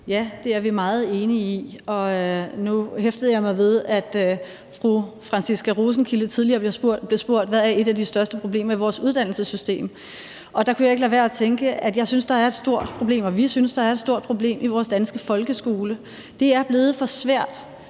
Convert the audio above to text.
Ja, det er vi meget enige i. Nu hæftede jeg mig ved, at fru Franciska Rosenkilde tidligere blev spurgt, hvad der er et af de største problemer i vores uddannelsessystem, og der kunne jeg ikke lade være at tænke, at vi synes, der er et stort problem i vores danske folkeskole. Det er blevet for svært